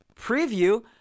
preview